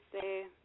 say